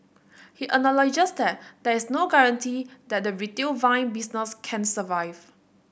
he acknowledges that there is no guarantee that the retail vinyl business can survive